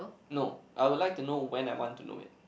no I would like to know when I want to know it